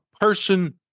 person